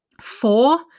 Four